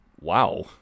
Wow